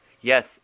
Yes